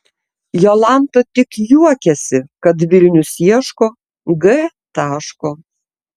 jolanta tik juokiasi kad vilnius ieško g taško